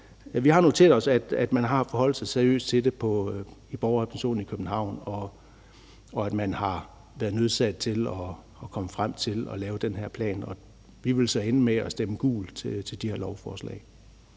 Vi har noteret os, at man har forholdt sig seriøst til det i Borgerrepræsentationen i København, og at man har været nødsaget til at lave den her plan. Vi vil ende med at stemme gult til de her lovforslag.